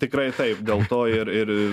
tikrai taip dėl to ir ir